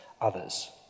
others